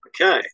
Okay